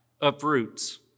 uproots